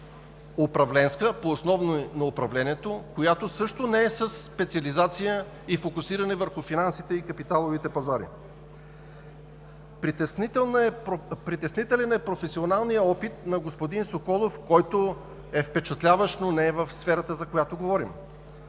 управленска, по „Основи на управлението“, която също не е със специализация и фокусиране върху финансите и капиталовите пазари. Притеснителен е професионалният опит на господин Соколов, който е впечатляващ, но не е в сферата, за която говорим.